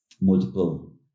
multiple